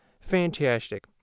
fantastic